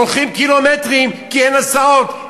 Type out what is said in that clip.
הולכים קילומטרים כי אין הסעות,